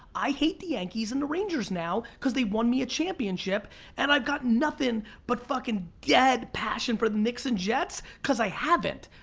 i hate the yankees and the rangers now cause they won me a championship and i've got nothin but fucking dead passion for the nix and jets cause i haven't.